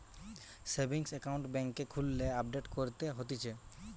savings account বেংকে খুললে update করতে হতিছে